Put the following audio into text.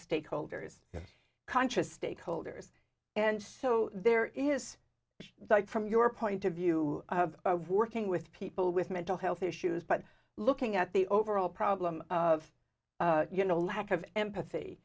stakeholders conscious stakeholders and so there is that from your point of view of working with people with mental health issues but looking at the overall problem of you know lack of empathy